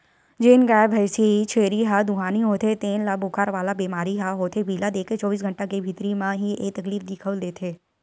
जेन गाय, भइसी, छेरी ह दुहानी होथे तेन ल बुखार वाला बेमारी ह होथे पिला देके चौबीस घंटा के भीतरी म ही ऐ तकलीफ दिखउल देथे